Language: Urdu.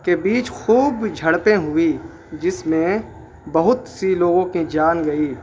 کے بیچ خوب جھڑ پیں ہوئی جس میں بہت سی لوگوں کی جان گئی